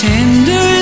Tender